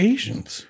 Asians